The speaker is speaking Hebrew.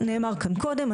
נאמר כאן קודם,